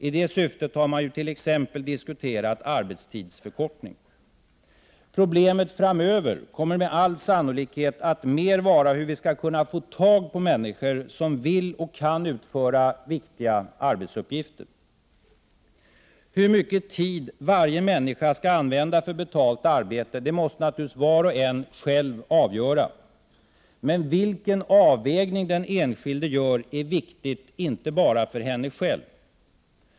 I det syftet har man t.ex. diskuterat arbetstidsförkortning. Problemet framöver kommer med all sannolikhet att mer vara hur vi skall kunna få tag på människor som vill och kan utföra viktiga arbetsuppgifter. Hur mycket tid varje människa skall använda för betalt arbete måste naturligtvis var och en själv avgöra. Men vilken avvägning den enskilde gör är viktigt inte bara för henne själv.